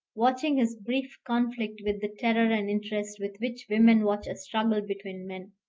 watching this brief conflict with the terror and interest with which women watch a struggle between men.